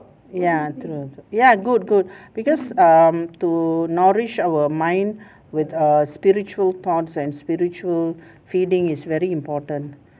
ya true ya good good because um to nourish our mind with err spiritual thoughts and spiritual feeling is very important